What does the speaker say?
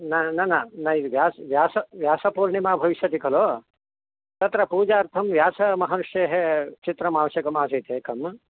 न न न न व्यास् व्यास् व्यासपूर्णिमा भविष्यति खलु तत्र पूजार्थं व्यासमहर्षेः चित्रमावश्यकम् आसीत् एकं